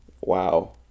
Wow